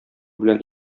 белән